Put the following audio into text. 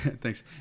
thanks